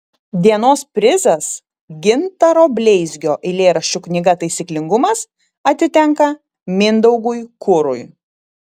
dienos prizas gintaro bleizgio eilėraščių knyga taisyklingumas atitenka mindaugui kurui